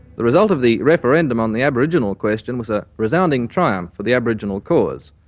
the result of the referendum on the aboriginal question was a resounding triumph for the aboriginal cause.